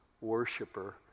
worshiper